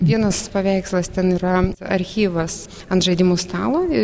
vienas paveikslas ten yra archyvas ant žaidimų stalo i